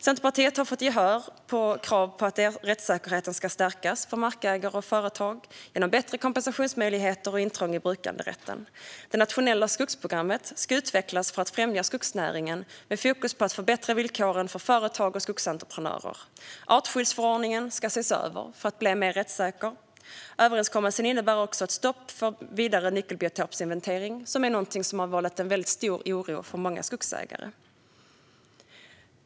Centerpartiet har fått gehör för krav på att rättssäkerheten ska stärkas för markägare och företag genom bättre kompensationsmöjligheter vid intrång i brukanderätten. Det nationella skogsprogrammet ska utvecklas för att främja skogsnäringen, med fokus på att förbättra villkoren för företag och skogsentreprenörer. Artskyddsförordningen ska ses över för att bli mer rättssäker. Överenskommelsen innebär också ett stopp för vidare nyckelbiotopsinventering, vilket är något som vållat stor oro för många skogsägare.